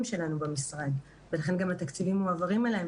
שלנו במשרד ולכן גם התקציבים מועברים אליהם,